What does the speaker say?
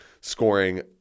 scoring